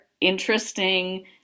interesting